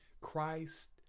Christ